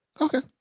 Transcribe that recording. Okay